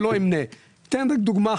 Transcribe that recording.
ולא אמנה את הדברים אלא אתן רק דוגמה.